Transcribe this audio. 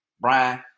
Brian